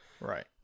right